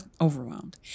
overwhelmed